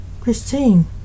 Christine